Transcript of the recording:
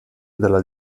dalla